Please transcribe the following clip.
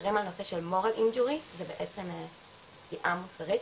במחקרים על נושא של פגיעה מוסרית,